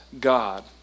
God